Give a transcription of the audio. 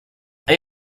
hay